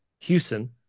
Houston